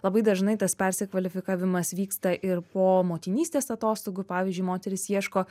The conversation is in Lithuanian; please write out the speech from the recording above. labai dažnai tas persikvalifikavimas vyksta ir po motinystės atostogų pavyzdžiui moteris ieško